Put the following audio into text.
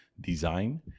design